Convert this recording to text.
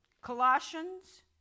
Colossians